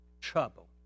trouble